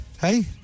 Hey